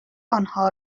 آنها